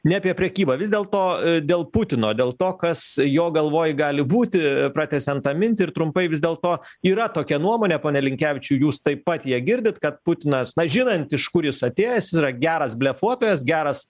ne apie prekybą vis dėlto dėl putino dėl to kas jo galvoj gali būti pratęsiant tą mintį ir trumpai vis dėlto yra tokia nuomonė pone linkevičiau jūs taip pat ją girdit kad putinas na žinant iš kur jis atėjęs jis yra geras blefuotojas geras